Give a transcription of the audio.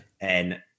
and-